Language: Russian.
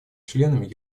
членами